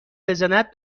بزند